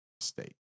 state